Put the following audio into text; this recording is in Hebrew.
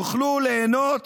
יוכלו ליהנות